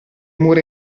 mura